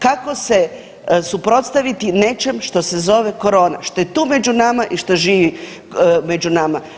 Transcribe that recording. Kako se suprotstaviti nečem što se zove korona, što je tu među nama i što živi među nama.